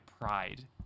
pride